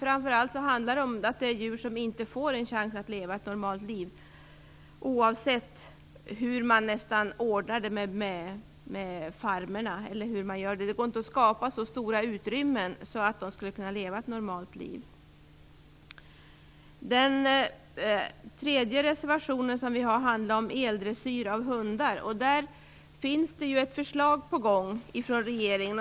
Framför allt är det just sådana djur som inte får en chans att leva ett normalt liv, hur man än ordnar det. Det går inte att skapa så stora utrymmen att djuren skulle kunna leva ett normalt liv. Den tredje reservation som vi har handlar om eldressyr av hundar. Där finns ett förslag på gång från regeringen.